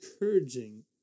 encouraging